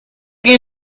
que